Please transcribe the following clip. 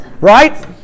Right